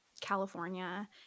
california